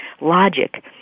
logic